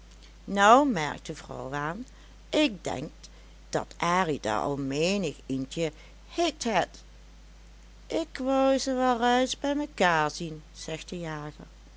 nou merkt de vrouw aan ik denk dat arie der al menig ientje hikt het ik wou ze wel rais bij mekaar zien zegt de jager